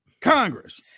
Congress